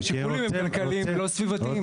השיקולים הם כלכליים ולא סביבתיים.